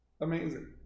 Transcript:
amazing